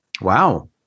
Wow